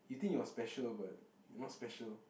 you think you're special but you're not special